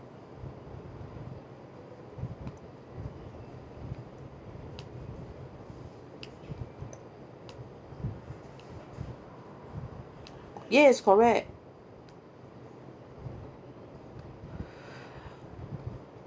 yes correct